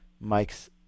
Mike's